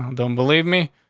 um don't believe me.